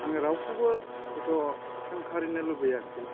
आङो रावखौबो हयथ' सोंखारिनो लुबैयाखै